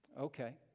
Okay